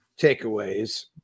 takeaways